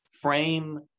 frame